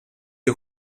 est